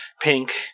pink